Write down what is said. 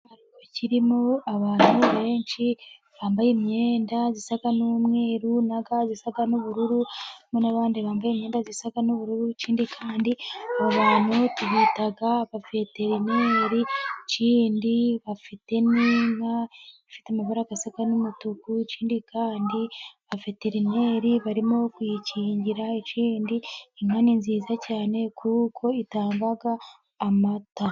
Ikiraro kirimo abantu benshi bambaye imyenda isa n'umweru, na ga zisa n'ubururu ,n'abandi bambaye imyenda isa n'ubururu, ikindi kandi abo bantu tubita abaveterineri, ikindi bafite n'inka ifite amabara asa n'umutuku , ikindi abaveterineri barimo kuyikingira, ikindi inka ni nziza cyane kuko itanga amata.